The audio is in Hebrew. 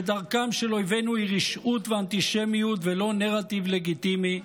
שדרכם של אויבינו היא רשעות ואנטישמיות ולא נרטיב לגיטימי,